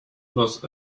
los